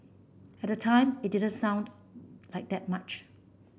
at the time it didn't sound like that much